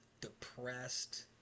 depressed